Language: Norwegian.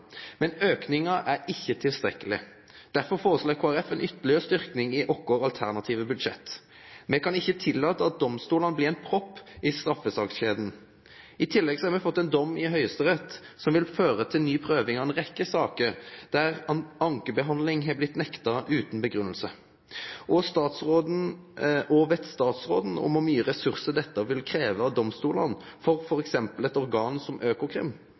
Men økningen er ikke tilstrekkelig. Derfor foreslår Kristelig Folkeparti en ytterligere styrking i vårt alternative budsjett. Vi kan ikke tillate at domstolene blir en propp i straffesakskjeden. I tillegg har vi fått en dom i Høyesterett som vil føre til ny prøving av en rekke saker hvor ankebehandling har blitt nektet uten begrunnelse. Vet statsråden hvor mye ressurser dette vil kreve av domstolene og f.eks. et organ som